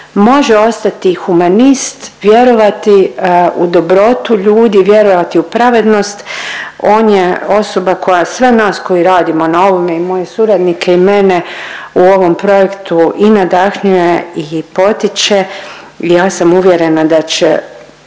može ostati humanist, vjerovati u dobrotu ljudi, vjerovati u pravednost. On je osoba koja sve nas koji radimo na ovome i moje suradnike i mene u ovom projektu i nadahnjuje i potiče i ja sam uvjerena da će